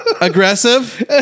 Aggressive